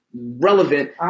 relevant